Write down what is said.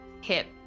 hip